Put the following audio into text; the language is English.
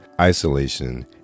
isolation